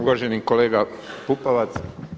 Uvaženi kolega Pupovac.